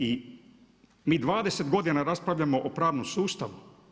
I mi 20 godina raspravljamo o pravnom sustavu.